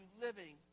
living